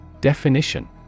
Definition